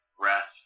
rest